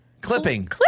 Clipping